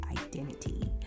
identity